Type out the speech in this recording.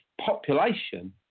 population